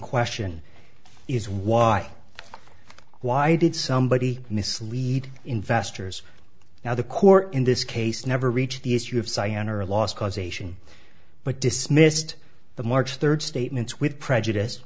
question is why why did somebody mislead investors now the core in this case never reached the issue of cyan or loss causation but dismissed the march third statements with prejudice